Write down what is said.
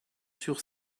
sur